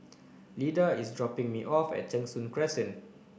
Lida is dropping me off at Cheng Soon Crescent